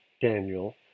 Daniel